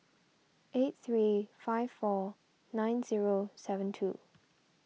eight three five four nine zero seven two